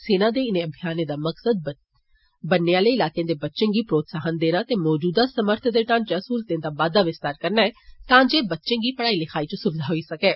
सेना दे इनें अभियानें दा मकसद बन्ने आले इलाके दे बच्चें गी प्रोत्साहन देना ते मौजूदा समर्थन ते ढांचागत सहूलतें दा बाद्दा विस्तार करना ऐ तां जे बच्चें गी पढ़ाई लिखाई च सुविधा होई सकै